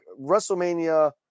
WrestleMania